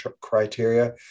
criteria